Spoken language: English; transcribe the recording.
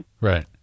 Right